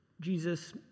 Jesus